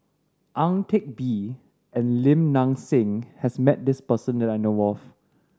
Ang Teck Bee and Lim Nang Seng has met this person that I know of